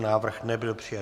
Návrh nebyl přijat.